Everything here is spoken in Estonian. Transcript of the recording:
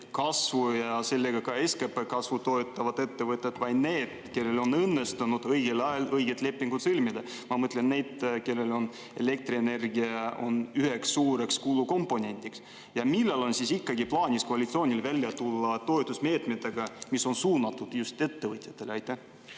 kasvu ja sellega ka SKP kasvu toetavad ettevõtted, vaid need, kellel on õnnestunud õigel ajal õiged lepingud sõlmida? Ma mõtlen neid, kellel on elektrienergia üheks suureks kulukomponendiks. Millal on ikkagi koalitsioonil plaanis välja tulla toetusmeetmetega, mis on suunatud ettevõtjatele? Aitäh!